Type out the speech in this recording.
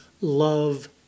love